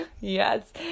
Yes